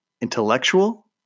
intellectual